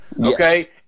okay